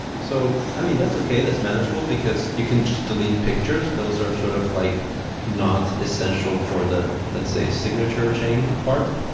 so i mean that's okay. that's manageable, because you can just delete pictures. those are sort of like not essential for the, let's say, signature chaining part,